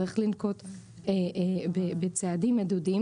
צריך לנקוט בצעדים מדודים,